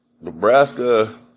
Nebraska